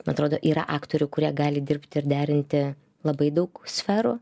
man atrodo yra aktorių kurie gali dirbti ir derinti labai daug sferų